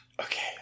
Okay